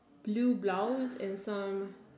blue browns and some